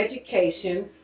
education